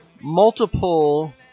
multiple